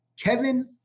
Kevin